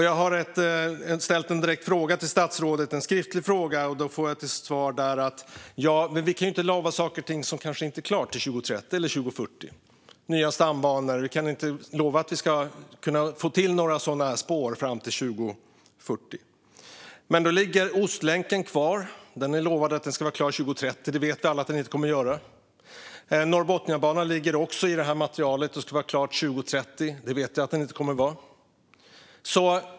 Jag har ställt en skriftlig fråga till statsrådet och då fått till svar: Ja, men vi kan ju inte lova saker och ting som kanske inte är klara till 2030 eller 2040. Vi kan inte lova att få till några spår till nya stambanor till 2040. Men då ligger Ostlänken kvar. Det är lovat att den ska vara klar 2030, men det vet alla att den inte kommer att vara. Norrbotniabanan ligger också i materialet och ska vara klar 2030. Det vet vi att den inte kommer att vara.